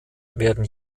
werden